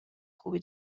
خوبی